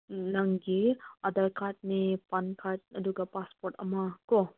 ꯅꯪꯒꯤ ꯑꯥꯗꯥꯔ ꯀꯥꯔꯗꯅꯦ PAN card ꯑꯗꯨꯒ ꯄꯥꯁꯄꯣꯔꯠ ꯑꯃ ꯀꯣ